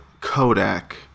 Kodak